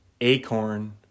Acorn